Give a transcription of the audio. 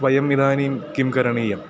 वयम् इदानीं किं करणीयम्